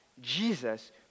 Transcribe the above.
Jesus